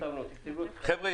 חבר'ה,